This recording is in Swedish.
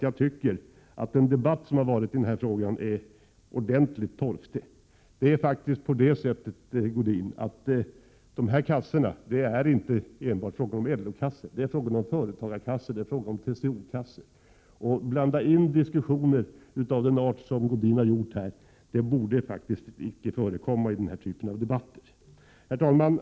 Jag tycker att den debatt som har förts om den här frågan har varit mycket torftig. Sigge Godin, det är inte bara fråga om LO-kassor, utan det är även fråga om företagarkassor och TCO-kassor. Att då föra den typ av diskussion som Sigge Godin gör borde inte ske i denna typ av debatt.